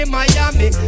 Miami